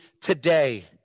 today